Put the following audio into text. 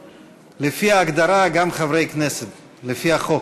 סגני שרים לפי ההגדרה הם גם חברי כנסת, לפי החוק,